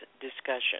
discussion